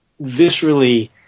viscerally